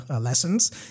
lessons